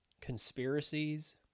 conspiracies